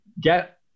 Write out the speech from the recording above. get